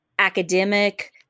academic